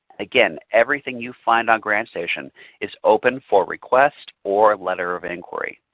again, everything you find on grantstation is open for request or letter of inquiry,